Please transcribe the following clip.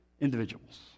individuals